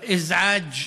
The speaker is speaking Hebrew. בקטטות,